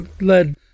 led